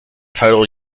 title